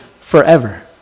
forever